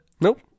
nope